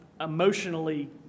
emotionally